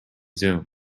zoom